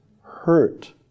Hurt